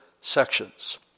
sections